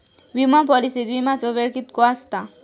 विमा पॉलिसीत विमाचो वेळ कीतको आसता?